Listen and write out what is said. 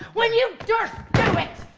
when you durst do it,